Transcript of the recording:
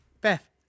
Beth